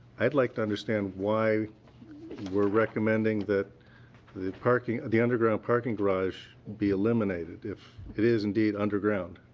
i'd like to understand why we're recommending that the parking the underground parking garage be eliminated if it is, indeed, underground?